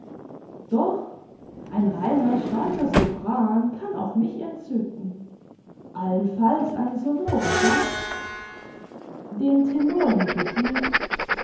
doch ein reiner starker sopran kann auch mich entzücken allenfalls ein sonorer baß den tenor lieb ich nicht